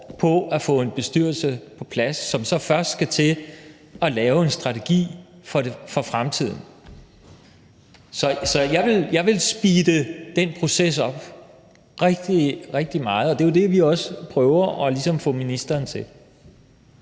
på at få en bestyrelse på plads, som så først skal til at lave en strategi for fremtiden. Så jeg ville speede den proces rigtig meget op, og det er jo også det, vi ligesom prøver at få ministeren til